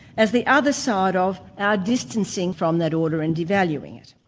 as the other side of our distancing from that order and devaluing it.